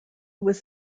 was